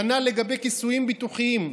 כנ"ל לגבי כיסויים ביטוחיים,